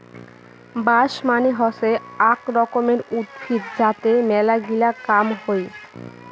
বাঁশ মানে হসে আক রকমের উদ্ভিদ যাতে মেলাগিলা কাম হই